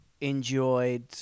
enjoyed